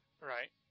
Right